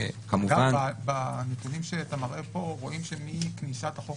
גם בנתונים שאתה מראה פה רואים שמכניסת החוק